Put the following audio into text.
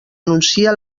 anuncia